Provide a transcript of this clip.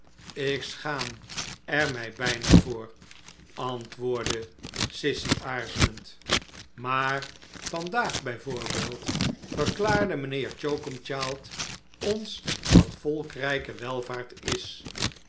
ik schaam er mij bijna voor antwoordde slechte tijden sissy aarzelend maar vandaag bij voorbeeld verklaarde mijnheer choaku mchild ons wat volk rijke welvaart is